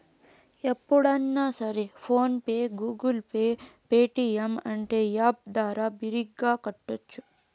ఎప్పుడన్నా సరే PhonePe Google Pay Paytm అంటే యాప్ ద్వారా బిరిగ్గా కట్టోచ్చు